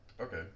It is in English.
Okay